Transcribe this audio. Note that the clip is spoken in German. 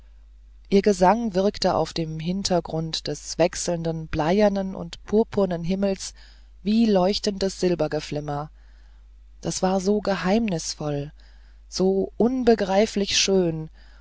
ihr gesang wirkte auf dem hintergrund des abwechselnd bleiernen und purpurnen himmels wie leuchtendes silbergeflimmer das war so geheimnisvoll so unbegreiflich schön